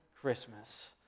Christmas